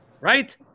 Right